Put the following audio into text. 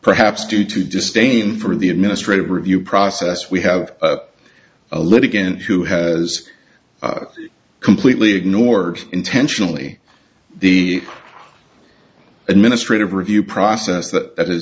perhaps due to disdain for the administrative review process we have a litigant who has completely ignored intentionally the administrative review process that